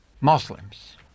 Muslims